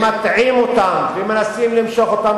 אני חושב שאנשים שמטעים אותם ומנסים למשוך אותם